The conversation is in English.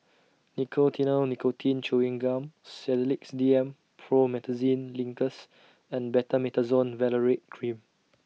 Nicotinell Nicotine Chewing Gum Sedilix D M Promethazine Linctus and Betamethasone Valerate Cream